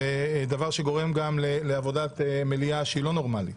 דבר שגורם גם לעבודת מליאה שהיא לא נורמלית,